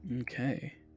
Okay